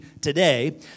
today